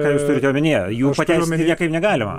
ką jūs turite omenyje jų pateisint niekaip negalima